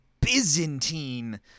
Byzantine